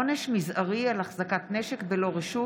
(עונש מזערי על החזקת נשק בלא רשות